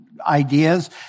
ideas